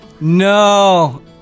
no